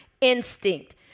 instinct